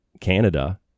Canada